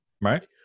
Right